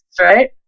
Right